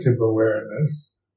awareness